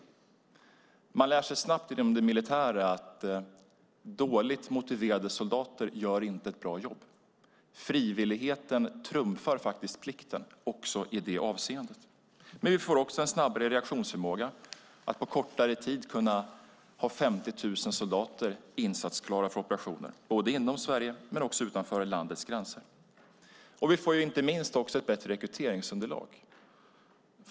Inom det militära lär man sig snabbt att dåligt motiverade soldater inte gör ett bra jobb. Frivilligheten trumfar faktiskt plikten också i detta avseende. Vi får också en snabbare reaktionsförmåga. På kortare tid kan vi ha 50 000 insatsklara för operationer både inom Sverige och utanför landets gränser. Vi får även, inte minst, ett bättre rekryteringsunderlag.